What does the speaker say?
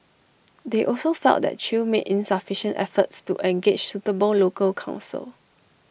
they also felt that chew made insufficient efforts to engage suitable local counsel